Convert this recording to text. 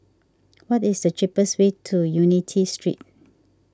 what is the cheapest way to Unity Street